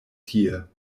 tie